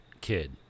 kid